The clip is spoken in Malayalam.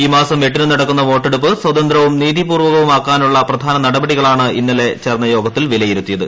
ഈ മാസം എട്ടിന് നടക്കുന്ന വോട്ടെടുപ്പ് സ്വതന്ത്രവും നീതിപൂർവ്വകവുമാക്കാനുള്ള പ്രധാന നടപടികളാണ് ഇന്നലെ ചേർന്ന യോഗത്തിൽ വിലയിരുത്തിയത്